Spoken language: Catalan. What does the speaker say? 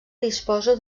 disposa